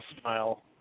smile